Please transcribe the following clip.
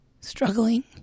struggling